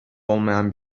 olmayan